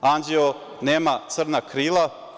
Anđeo nema crna krila.